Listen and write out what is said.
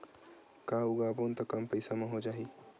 का उगाबोन त कम पईसा म हो जाही?